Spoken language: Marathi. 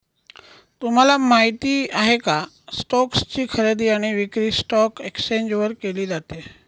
तुम्हाला माहिती आहे का? स्टोक्स ची खरेदी आणि विक्री स्टॉक एक्सचेंज वर केली जाते